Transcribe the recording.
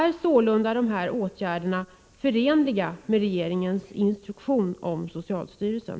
Är sålunda dessa åtgärder förenliga med regeringens instruktion om socialstyrelsen?